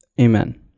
Amen